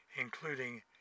including